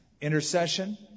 intercession